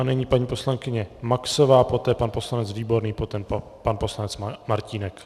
A nyní paní poslankyně Maxová, poté pan poslanec Výborný, poté pan poslanec Martínek.